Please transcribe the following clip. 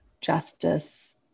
justice